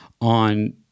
on